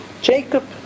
Jacob